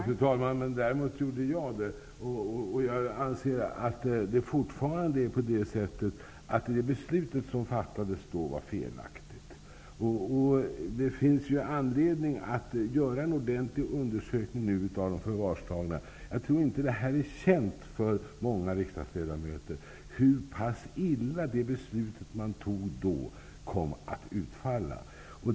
Fru talman! Jag ställde mig bakom kulturministerns uppfattning. Jag anser fortfarande att det beslut som då fattades är felaktigt. Det finns nu anledning att göra en ordentlig undersökning av förvarstagande. Jag tror inte att det för många riksdagsledamöter är känt hur pass illa detta beslut kom att utfalla.